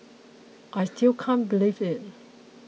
I still can't believe it